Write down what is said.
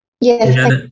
Yes